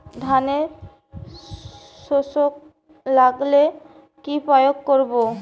ধানের শোষক লাগলে কি প্রয়োগ করব?